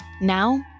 Now